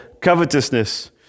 covetousness